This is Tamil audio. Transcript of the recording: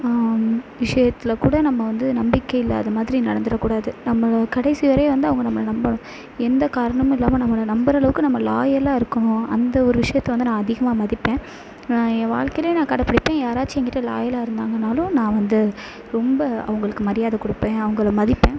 விஷயத்துல கூட நம்ம வந்து நம்பிக்கை இல்லாத மாதிரி நடந்துடக்கூடாது நம்மளை கடைசி வரையும் வந்து அவங்க நம்மள நம்பணும் எந்த காரணமும் இல்லாமல் நம்மளை நம்புகிற அளவுக்கு நம்ம லாயலாக இருக்கணும் அந்த ஒரு விஷயத்த வந்து நான் அதிகமாக மதிப்பேன் என் வாழ்க்கைலேயும் நான் கடைப்பிடிப்பேன் யாராச்சும் எங்ககிட்ட லாயலாக இருந்தாங்கனாலும் நான் வந்து ரொம்ப அவங்களுக்கு மரியாதை கொடுப்பேன் அவங்கள மதிப்பேன்